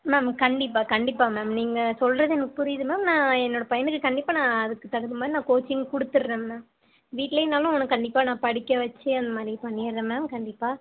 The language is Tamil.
மேம் கண்டிப்பாக கண்டிப்பாக மேம் நீங்கள் சொல்லுறது எனக்கு புரியுது மேம் நான் என்னோட பையனுக்கு கண்டிப்பாக நான் அதுக்கு தகுந்த மாதிரி நான் கோச்சிங் கொடுத்துர்றேன் மேம் வீட்லைன்னாலும் அவனை கண்டிப்பாக நான் படிக்க வச்சு அந்த மாதிரி பண்ணிடுறேன் மேம் கண்டிப்பாக